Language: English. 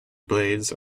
blades